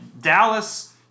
Dallas